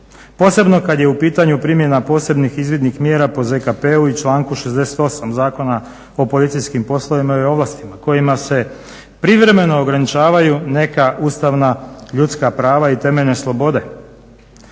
posebno kada je u pitanju primjena posebnih izvidnih mjera po ZKP-u i članku 68. Zakona o policijskim poslovima i ovlastima kojima se privremeno ograničavaju neka ustavna ljudska prava i temeljne slobode.